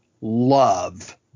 love